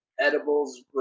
edibles